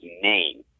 name